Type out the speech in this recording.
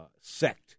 sect